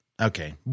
Okay